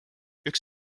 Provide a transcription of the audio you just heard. üks